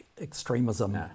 extremism